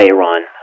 Iran